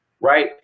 right